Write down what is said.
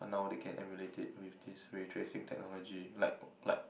but now they can emulate it with this retracing technology like like